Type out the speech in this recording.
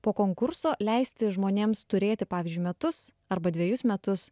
po konkurso leisti žmonėms turėti pavyzdžiui metus arba dvejus metus